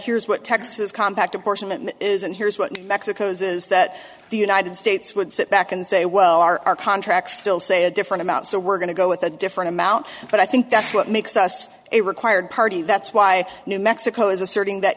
here's what texas compact apportionment is and here's what mexico's is that the united states would sit back and say well our contracts still say a different amount so we're going to go with a different amount but i think that's what makes us a required party that's why new mexico is asserting that